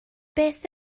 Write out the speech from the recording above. beth